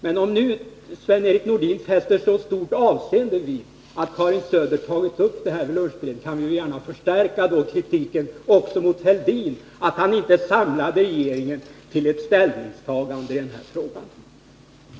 Men om nu Sven-Erik Nordin fäster så stort avseende vid att Karin Söder tagit upp frågan vid lunchberedningen kan vi gärna förstärka kritiken också mot Fälldin för att han inte samlade regeringen till ett ställningstagande i den här frågan.